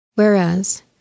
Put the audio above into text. Whereas